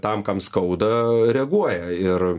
tam kam skauda reaguoja ir